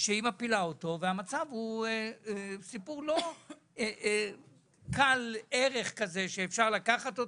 שהיא מפילה, והסיפור לא קל ערך כזה שאפשר להגיד: